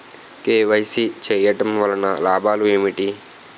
KYC చేయటం వలన లాభాలు ఏమిటి?